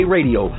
Radio